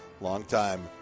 longtime